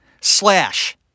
slash